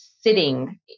sitting